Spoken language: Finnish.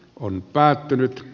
on päättynyt